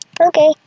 Okay